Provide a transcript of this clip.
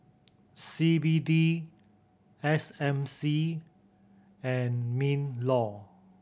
C B D S M C and MinLaw